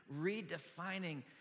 redefining